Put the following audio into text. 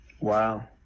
Wow